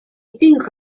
think